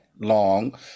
long